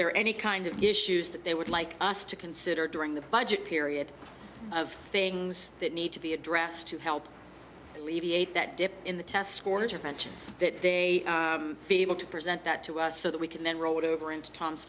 are any kind of issues that they would like us to consider during the budget period of things that need to be addressed to help alleviate that dip in the test scores of pensions that they be able to present that to us so that we can then roll it over into tom's